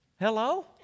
hello